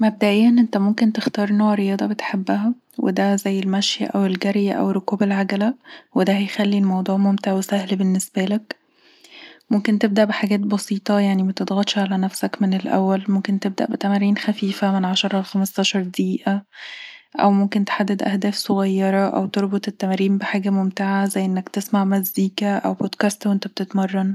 مبدئيا انت ممكن تختار نوع رياضة بتحبها وده زي المشي او الجري او ركوب العجلة وده هيخلي الموضوع سهل وممتع بالنسبالك، ممكن تبدأ بحاجات بسيطة، يعني متضغطش علي نفسك، الأول ممكن تبدأ بتمارين خفيفة من عشرة لخمستاشر دقيقة او ممكن تحدد أهداف صغيرة او تربط التمارين بحاجة ممتعة زي انك تسمع مزيكا او بودكاست وانت بتتمرن